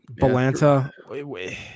Belanta